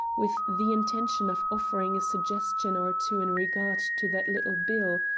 with the intention of offering a suggestion or two in regard to that little bill.